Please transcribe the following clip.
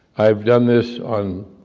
i've done this on